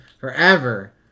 forever